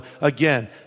again